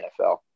NFL